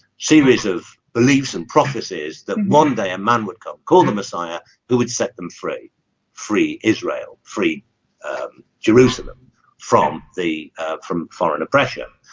series of beliefs and prophecies that one day a man would come call the messiah who would set them free free israel free jerusalem from the from foreigner pressure